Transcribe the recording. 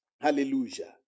Hallelujah